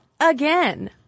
again